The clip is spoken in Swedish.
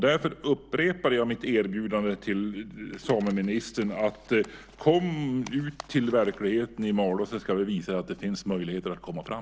Därför upprepar jag mitt erbjudande till sameministern: Kom ut till verkligheten i Malå, så ska vi visa att det finns möjligheter att komma fram!